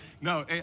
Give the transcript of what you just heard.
no